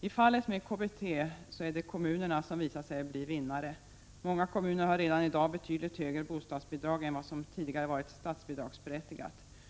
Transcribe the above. I fallet med KBT så är det kommunerna som visat sig bli vinnare. Många kommuner har redan i dag betydligt högre bostadsbidrag än vad som tidigare varit statsbidragsberättigat.